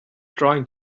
trying